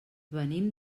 venim